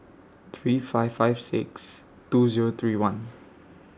three five five six two Zero three one